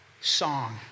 song